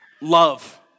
Love